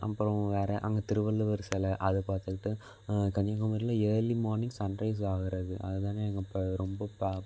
அப்புறம் வேறு அங்கே திருவள்ளுவர் செலை அதை பார்த்துக்கிட்டு கன்னியாகுமரியில் ஏர்லி மார்னிங் சன்ரைஸ் ஆகிறது அதுதானே அங்கே ரொம்ப பா